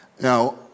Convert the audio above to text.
Now